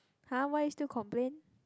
!huh! why still complain